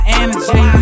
energy